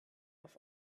auf